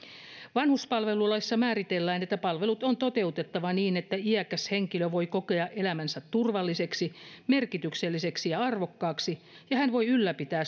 vanhuspalvelulaissa määritellään että palvelut on toteutettava niin että iäkäs henkilö voi kokea elämänsä turvalliseksi merkitykselliseksi ja arvokkaaksi ja ja hän voi ylläpitää